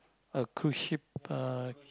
a cruise ship uh